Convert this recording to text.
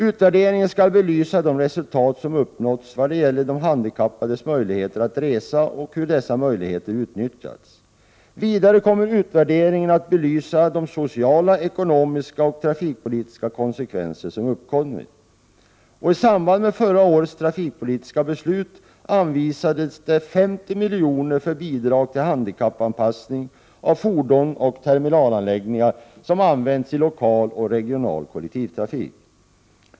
Utvärderingen skall belysa de resultat som uppnåtts vad gäller de handikappades möjligheter att resa och hur dessa möjligheter utnyttjats. Vidare kommer utvärderingen att belysa de sociala, ekonomiska och trafikpolitiska konsekvenser som uppkommit. I samband med förra årets trafikpolitiska beslut anvisades 50 milj.kr. till bidrag för handikappanpassning av fordon och terminalanläggningar som används i lokal och regional kollektivtrafik.